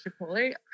Chipotle